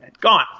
gone